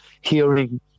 hearing